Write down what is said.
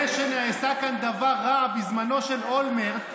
זה שנעשה כאן דבר רע בזמנו של אולמרט,